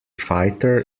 fighter